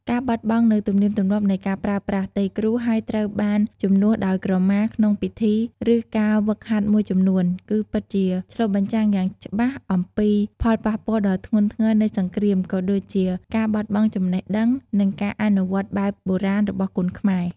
ការបាត់បង់នូវ ទំនៀមទម្លាប់នៃការប្រើប្រាស់ ទៃគ្រូ ហើយត្រូវបានជំនួសដោយ ក្រមា ក្នុងពិធី ឬការហ្វឹកហាត់មួយចំនួន គឺពិតជាឆ្លុះបញ្ចាំងយ៉ាងច្បាស់អំពី ផលប៉ះពាល់ដ៏ធ្ងន់ធ្ងរនៃសង្គ្រាម ក៏ដូចជា ការបាត់បង់ចំណេះដឹង និងការអនុវត្តបែបបុរាណ របស់គុនខ្មែរ។